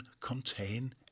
contain